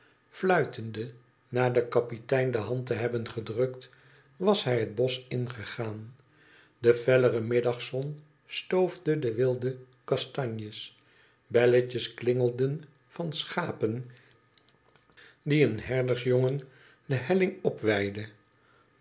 fluitende na den kapitein de hand te hebben gednikt was hij het bosch ingegaan de fellere middagzon stoofde de wilde kastanjes belletjes klingelden van schapen die een herdersjongen de helling dp